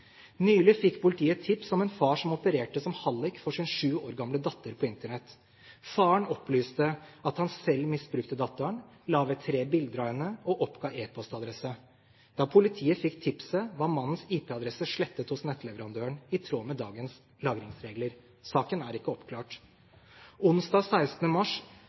Nylig fikk politiet tips om en far som opererte som hallik for sin sju år gamle datter på Internett. Faren opplyste at han selv misbrukte datteren, la ved tre bilder av henne og oppga e-postadresse. Da politiet fikk tipset, var mannens IP-adresse slettet hos nettleverandøren, i tråd med dagens lagringsregler. Saken er ikke oppklart. Onsdag 16. mars